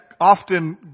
often